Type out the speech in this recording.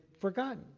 forgotten